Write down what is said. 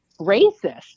racist